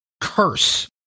curse